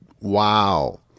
Wow